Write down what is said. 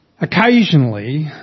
Occasionally